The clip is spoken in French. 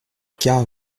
car